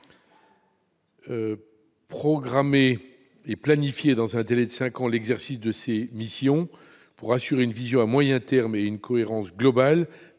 programmer et à planifier, dans un délai de cinq ans, l'exercice de ces nouvelles missions, pour assurer une vision à moyen terme et une cohérence globale